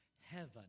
heaven